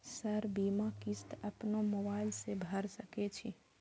Sir बीमा किस्त अपनो मोबाईल से भर सके छी?